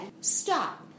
stop